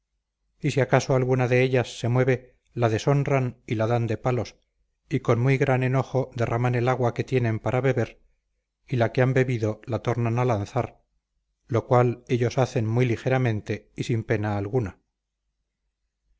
y si acaso alguna de ellas se mueve la deshonran y la dan de palos y con muy gran enojo derraman el agua que tienen para beber y la que han bebido la tornan a lanzar lo cual ellos hacen muy ligeramente y sin pena alguna